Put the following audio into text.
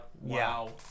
wow